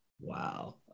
Wow